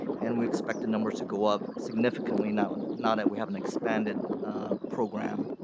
and we expect the numbers to go up significantly now and now that we have an expanded program.